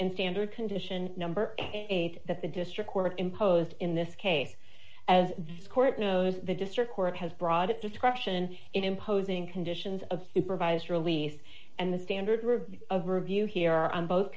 and standard condition number eight that the district court imposed in this case as this court knows the district court has brought it discretion in imposing conditions of supervised release and the standard rule of review here on both